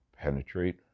penetrate